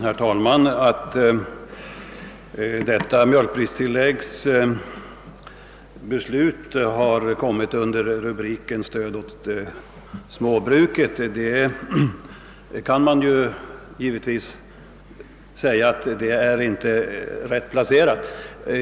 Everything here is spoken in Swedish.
Herr talman! Man kan givetvis invända emot att denna fråga om mjölkpristillägg hamnat under rubriken »Särskilt stöd åt det mindre jordbruket» — det är inte en helt korrekt placering.